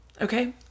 Okay